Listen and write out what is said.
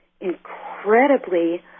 incredibly